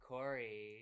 Corey